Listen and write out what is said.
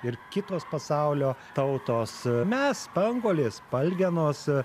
ir kitos pasaulio tautos mes spanguolės spalgenos